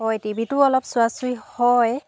হয় টি ভিটো অলপ চোৱা চুই হয়